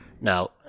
Now